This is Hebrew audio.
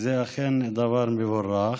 זה אכן דבר מבורך.